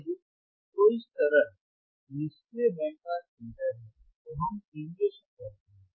अब यदि कोई सरल passive बैंड पास फिल्टर है तो हम सिमुलेशन करते हैं